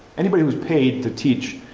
anybody who's paid to teach,